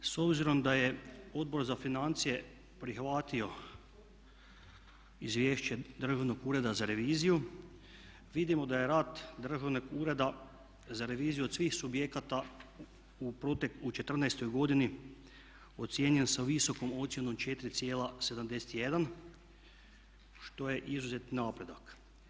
S obzirom da je Odbor za financije prihvatio izvješće Državnog ureda za reviziju vidimo da je rad državnog ureda za reviziju od svih subjekata u '14.-oj godini ocijenio sa visokom ocjenom 4,71 što je izuzetan napredak.